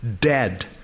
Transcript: dead